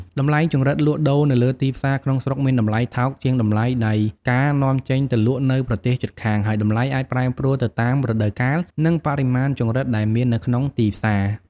តម្លៃចង្រិតលក់ដូរនៅលើទីផ្សារក្នុងស្រុកមានតម្លៃថោកជាងតម្លៃនៃការនាំចេញទៅលក់នៅប្រទេសជិតខាង ហើយតម្លៃអាចប្រែប្រួលទៅតាមរដូវកាល និងបរិមាណចង្រិតដែលមាននៅក្នុងទីផ្សារ។